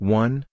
one